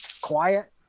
quiet